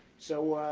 so,